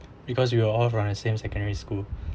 because we are all from the same secondary school